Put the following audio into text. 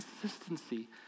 consistency